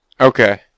Okay